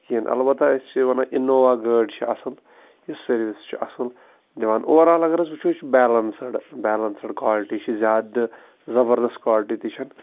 کِہیٖنۍ البتہ أسۍ چھِ وَنان اِنووا گٲڑۍ چھِ اَصٕل یُس سٔروِس چھُ اَصٕل دِوان اوٚوَرآل اگر أسۍ وٕچھو بیلَنسٕڈ بیلَنسٕڈ کالٹی چھِ زیادٕ زَبَردَس کالٹی تہِ چھَنہٕ